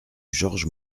georges